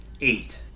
eight